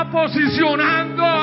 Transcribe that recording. posicionando